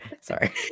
Sorry